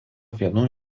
vienu